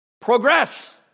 progress